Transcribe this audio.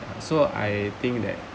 ya so I think that